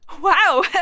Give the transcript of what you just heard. Wow